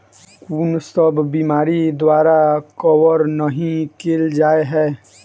कुन सब बीमारि द्वारा कवर नहि केल जाय है?